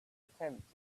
attempt